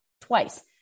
twice